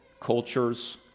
cultures